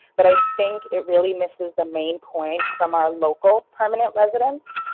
but i think it really misses the main points from our local permanent residents.